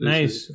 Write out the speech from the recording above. Nice